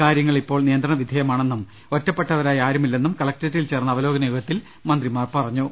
കാര്യങ്ങൾ ഇപ്പോൾ നിയന്ത്രണവിധേയമാണെന്നും ഒറ്റ പ്പെട്ടവരായി ആരുമില്ലെന്നും കലക്ടറേറ്റിൽ ചേർന്ന അവലോകന യോഗ ത്തിൽ മന്ത്രിമാർ പറഞ്ഞു